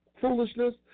foolishness